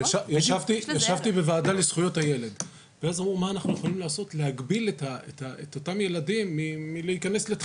אנחנו מודעים לכך שחלק מהחומרים האלה ואני מדבר במיוחד בזמן